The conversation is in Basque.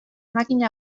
makina